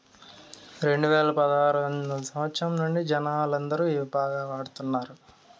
రెండువేల పదారవ సంవచ్చరం నుండి జనాలందరూ ఇవి బాగా వాడుతున్నారు